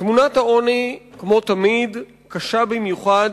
תמונת העוני, כמו תמיד, קשה במיוחד